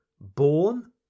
born